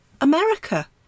America